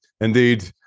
indeed